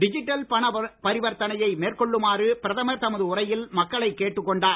digital பண பரிவர்த்தனையை மேற்கொள்ளுமாறு பிரதமர் தமது உரையில் மக்களைக் கேட்டுக் கொண்டார்